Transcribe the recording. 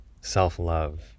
self-love